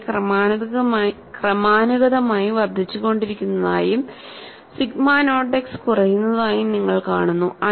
K ക്രമാനുഗതമായി വർദ്ധിച്ചുകൊണ്ടിരിക്കുന്നതായും sigma naught x കുറയുന്നതായും നിങ്ങൾ കാണുന്നു